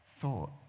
thought